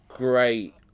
Great